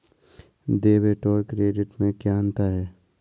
Debit और credit में क्या अंतर है?